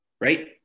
right